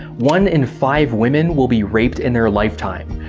one in five women will be raped in their lifetime,